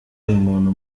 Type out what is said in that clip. umuntu